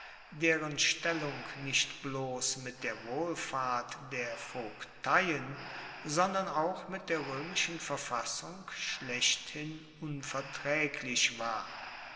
deren stellung nicht bloss mit der wohlfahrt der vogteien sondern auch mit der roemischen verfassung schlechthin unvertraeglich war